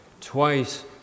twice